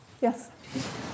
Yes